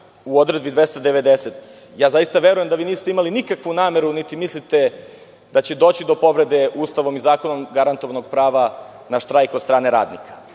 u odredbi 290, zaista verujem da niste imali nikakvu nameru, niti mislite da će doći do povrede Ustavom i zakonom garantovanog prava na štrajk od strane radnika,